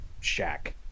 shack